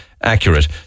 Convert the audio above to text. accurate